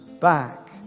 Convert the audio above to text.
back